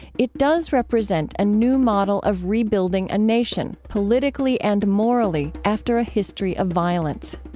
it does represent a new model of rebuilding a nation politically and morally after a history of violence.